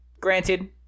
granted